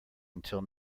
until